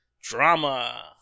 drama